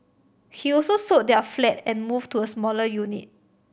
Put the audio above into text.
he also sold their flat and move to a smaller unit